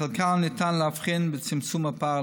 בחלקם ניתן להבחין בצמצום הפער,